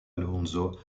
alonso